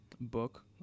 book